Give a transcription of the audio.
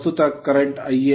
ಪ್ರಸ್ತುತ current current ia